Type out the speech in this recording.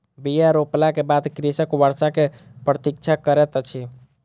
बीया रोपला के बाद कृषक वर्षा के प्रतीक्षा करैत अछि